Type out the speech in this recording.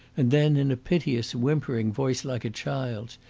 and then, in a piteous, whimpering voice, like a child's,